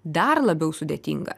dar labiau sudėtinga